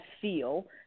feel